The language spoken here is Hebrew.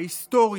ההיסטורית,